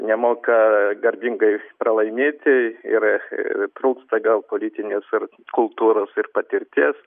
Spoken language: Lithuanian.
nemoka garbingai pralaimėti ir trūksta gal politinės kultūros ir patirties